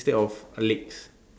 instead of err legs